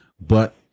But-